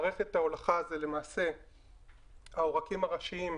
מערכת ההולכה זה למעשה העורקים הראשיים,